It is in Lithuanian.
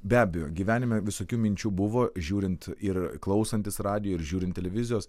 be abejo gyvenime visokių minčių buvo žiūrint ir klausantis radijo ir žiūrint televizijos